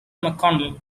mcconnell